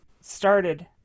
started